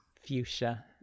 Fuchsia